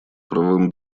правовым